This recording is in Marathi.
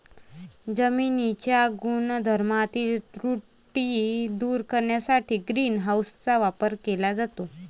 जमिनीच्या गुणधर्मातील त्रुटी दूर करण्यासाठी ग्रीन हाऊसचा वापर केला जातो